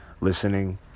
listening